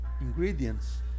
ingredients